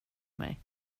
mig